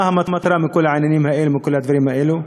מה המטרה בכל העניינים האלה, בכל הדברים האלה?